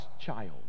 child